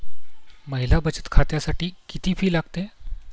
महिला बचत खात्यासाठी किती फी लागते?